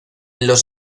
los